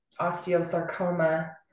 osteosarcoma